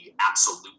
absolute